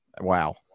wow